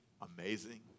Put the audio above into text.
amazing